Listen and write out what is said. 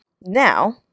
Now